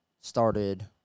started